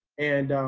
and,